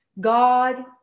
God